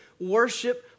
worship